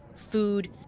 food,